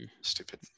Stupid